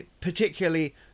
particularly